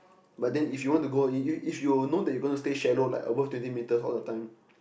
but then if you want to go it if you know that you gonna stay shallow like above twenty meters all the time